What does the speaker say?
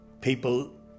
people